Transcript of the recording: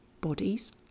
bodies